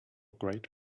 great